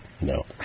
No